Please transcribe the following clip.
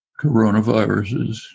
coronaviruses